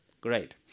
Great